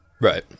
right